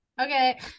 Okay